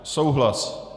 Souhlas.